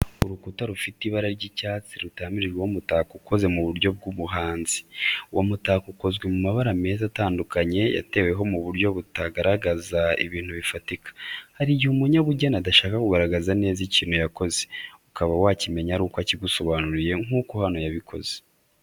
Urukuta rufite ibara ry’icyatsi rutamirijweho umutako ukoze mu buryo bw’ubuhanzi. Uwo mutako ukozwe mu mabara meza atandukanye yateweho mu buryo butagaragaza ibintu bifatika. Hari igihe umunyabugeni adashaka kugaragaza neza ikintu yakoze, ukaba wakimenya aruko akigusobanuriye nk'uko hano yabikoze.